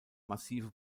massive